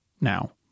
now